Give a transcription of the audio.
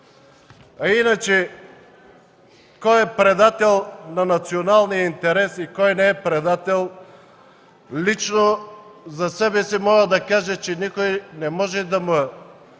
А иначе кой е предал националния интерес и кой не е предал, лично за себе си мога да кажа, че никой не може да ме